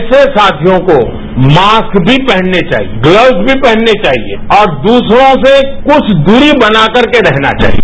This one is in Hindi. ऐसे साथियों को मास्क भी पहनने चाहिए गल्वस भी पहनने चाहिए और दूसरों से कुछ दूरी बना करके रहना चाहिए